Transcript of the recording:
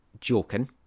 joking